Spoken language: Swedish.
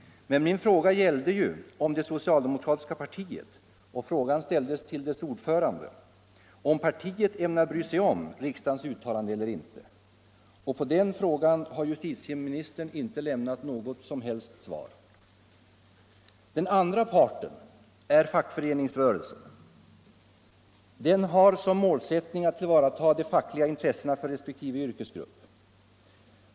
Men min fråga gällde ju om det socialdemokratiska partiet — och frågan ställdes till dess ordförande — ämnar bry sig om riksdagens uttalande eller inte. På den frågan har justitieministern inte lämnat något som helst svar. Den andra parten är fackföreningsrörelsen. Den har som målsättning att tillvarata de fackliga intressena för resp. yrkesgrupper.